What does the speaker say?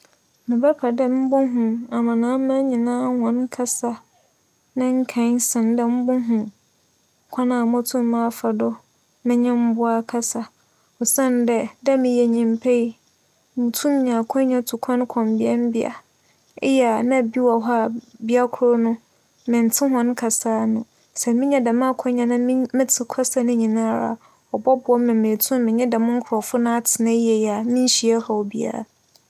Mebɛpɛ dɛ mobohu aman aman nyinara hͻn kasa ne nkae sen dɛ mobohu kwan a mobotum afa do menye mbowa akasa osiandɛ meyɛ nyimpa yi, mutum nya akwanya tu kwan kͻ mbeambea. Eyɛ nna bi wͻ hͻ a, bea kor no menntse hͻn kasaa no ntsi menya dɛm akwanya no na metse kasa no nyinara a, ͻbͻboa me ma meetum menye dɛm nkorͻfo no atsena yie a mennhyia ͻhaw biara.